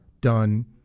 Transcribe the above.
done